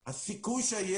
קטיעה מהירה של שרשרת